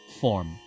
form